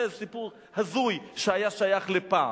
זה סיפור הזוי שהיה שייך לפעם.